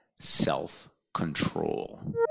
self-control